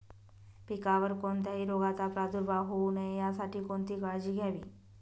पिकावर कोणत्याही रोगाचा प्रादुर्भाव होऊ नये यासाठी कोणती काळजी घ्यावी?